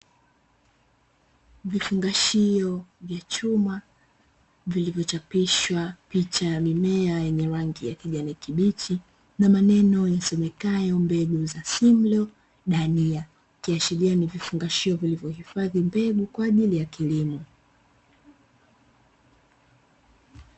Vifungashio vya chuma vilivyochapishwa picha ya mimea yenye rangi ya kijani kibichi na maneno yasomekayo mbegu za "Simlaw" dania, ikiashiria ni vifungashio vilivyohifadhi mbegu kwa ajili ya kilimo.